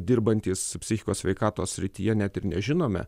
dirbantys psichikos sveikatos srityje net ir nežinome